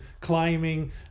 climbing